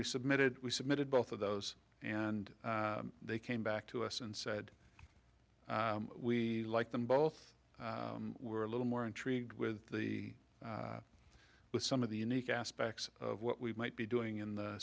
we submitted we submitted both of those and they came back to us and said we like them both were a little more intrigued with the with some of the unique aspects of what we might be doing in the